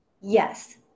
Yes